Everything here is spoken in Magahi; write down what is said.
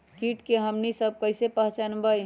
किट के हमनी सब कईसे पहचान बई?